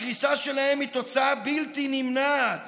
הקריסה שלהם היא תוצאה בלתי נמנעת